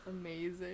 amazing